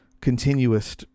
continuous